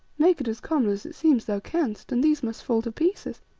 make it as common as it seems thou canst, and these must fall to pieces.